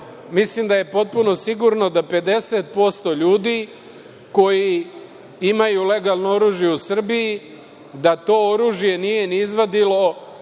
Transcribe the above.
mislim da je potpuno sigurno da 50% ljudi koji imaju legalno oružje u Srbiji, da to oružje nije ni izvadilo